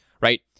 right